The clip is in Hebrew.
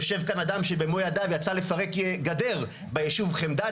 יושב כאן אדם שבמו ידיו יצא לפרק גדר ביישוב חמדת.